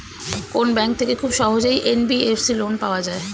কোন ব্যাংক থেকে খুব সহজেই এন.বি.এফ.সি লোন পাওয়া যায়?